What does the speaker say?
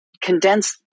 condense